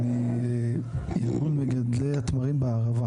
ארגון מגדלי התמרים בערבה.